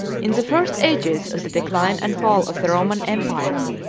in the first ages of the decline and fall of the roman empire,